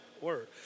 word